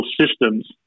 systems